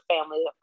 family